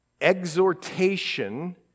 exhortation